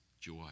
joy